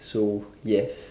so yes